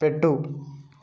పెట్టు